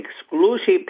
exclusive